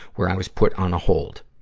where i was put on a hold.